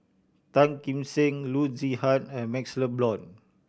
Tan Kim Seng Loo Zihan and MaxLe Blond